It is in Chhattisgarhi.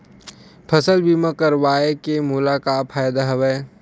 फसल बीमा करवाय के मोला का फ़ायदा हवय?